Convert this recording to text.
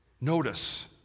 Notice